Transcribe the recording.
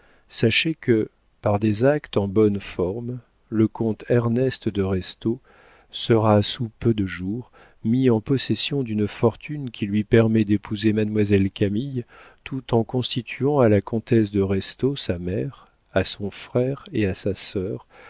sachez que par des actes en bonne forme le comte ernest de restaud sera sous peu de jours mis en possession d'une fortune qui lui permet d'épouser mademoiselle camille tout en constituant à la comtesse de restaud sa mère à son frère et à sa sœur